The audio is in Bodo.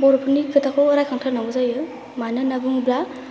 बर'फोरनि खोथाखौ रायखांथारनांगौ जायो मानो होनना बुङोब्ला